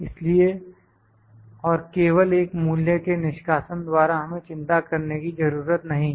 इसलिए और केवल एक मूल्य के निष्कासन द्वारा हमें चिंता करने की जरूरत नहीं है